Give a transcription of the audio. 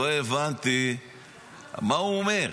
לא הבנתי מה הוא אומר.